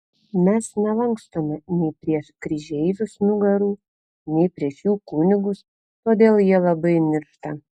mes nelankstome nei prieš kryžeivius nugarų nei prieš jų kunigus todėl jie labai niršta